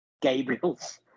Gabriel's